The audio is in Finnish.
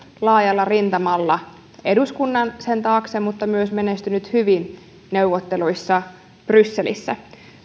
laajalla rintamalla eduskunnan sen taakse mutta on myös menestynyt hyvin neuvotteluissa brysselissä